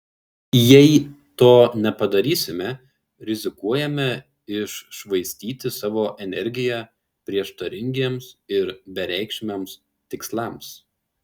jei to nepadarysime rizikuojame iššvaistyti savo energiją prieštaringiems ir bereikšmiams tikslams